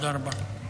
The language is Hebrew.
תודה רבה.